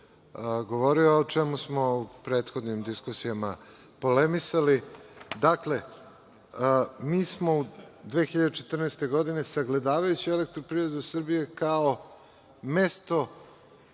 govorio, a o čemu smo u prethodnim diskusijama polemisali. Dakle, mi smo u 2014. godini, sagledavajući Elektroprivredu Srbije kao mesto